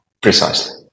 Precisely